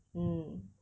mm